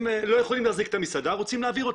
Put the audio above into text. הם לא יכולים להחזיק את המסעדה ורוצים להעביר אותה.